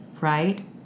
Right